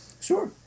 Sure